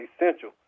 essential